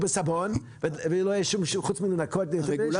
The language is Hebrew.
בסבון ולא יהיה שום דבר חוץ מלנקות אחרי זה,